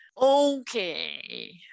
Okay